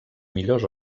millors